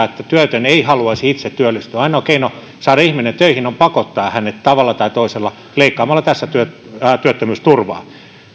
että työtön ei haluaisi itse työllistyä ja että ainoa keino saada ihminen töihin on pakottaa hänet tavalla tai toisella tässä leikkaamalla työttömyysturvaa